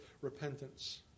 repentance